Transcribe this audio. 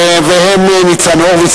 והם: ניצן הורוביץ,